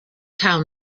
town